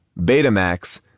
betamax